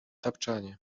tapczanie